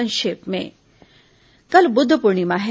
संक्षिप्त समाचार कल बुद्ध पूर्णिमा है